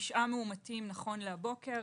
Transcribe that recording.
תשעה מאומתים נכון להבוקר,